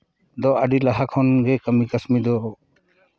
ᱫᱚ ᱟᱹᱰᱤ ᱞᱟᱦᱟ ᱠᱷᱚᱱᱜᱮ ᱠᱟᱹᱥᱱᱤ ᱫᱚ